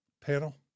panel